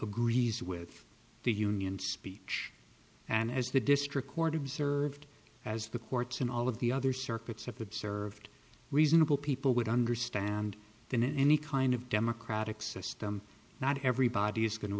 he's with the union speech and as the district court observed as the courts in all of the other circuits have observed reasonable people would understand than in any kind of democratic system not everybody is going to